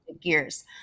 gears